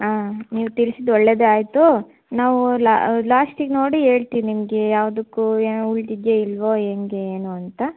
ಹಾಂ ನೀವು ತಿಳ್ಸಿದ್ದು ಒಳ್ಳೆಯದೆ ಆಯಿತು ನಾವು ಲಾಸ್ಟಿಗೆ ನೋಡಿ ಹೇಳ್ತಿವಿ ನಿಮಗೆ ಯಾವ್ದಕ್ಕು ಏನು ಉಳ್ದಿದೆಯಾ ಇಲ್ಲವೋ ಹೇಗೆ ಏನು ಅಂತ